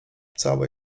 całe